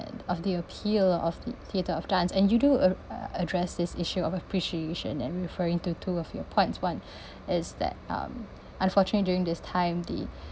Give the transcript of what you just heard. of the appeal of the theatre of dance and you do a~ uh address this issue of appreciation and referring to two of your points one is that um unfortunately during this time the